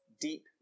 deep